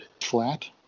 flat